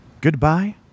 goodbye